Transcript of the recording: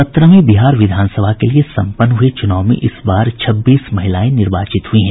सत्रहवीं बिहार विधानसभा के लिए सम्पन्न हुए चुनाव में इस बार छब्बीस महिलाएं निर्वाचित हुई हैं